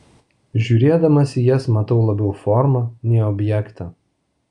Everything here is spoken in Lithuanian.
žiūrėdamas į jas matau labiau formą nei objektą